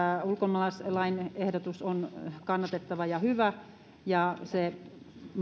ulkomaalaislain ehdotus on kannatettava ja hyvä ja se